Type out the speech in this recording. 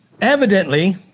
evidently